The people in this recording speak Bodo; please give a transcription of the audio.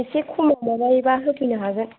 एसे खमाव माबायोबा होफैनो हागोन